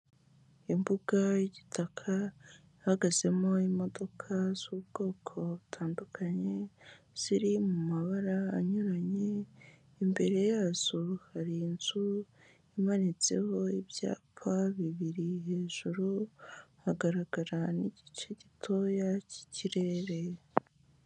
Imbuga y'igitaka ihagazemo imodoka z'ubwoko butandukanye ziri mu mabara anyuranye, imbere yazo hari inzu imanitseho ibyapa bibiri hejuru hagaragara n'igice gitoya cy'ikirere.